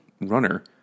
runner